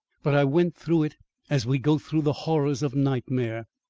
but i went through it as we go through the horrors of nightmare.